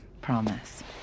promise